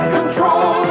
Control